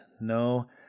No